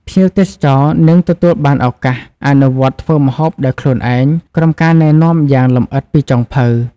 ភ្ញៀវទេសចរនឹងទទួលបានឱកាស អនុវត្តធ្វើម្ហូបដោយខ្លួនឯង ក្រោមការណែនាំយ៉ាងលម្អិតពីចុងភៅ ។